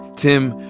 tim,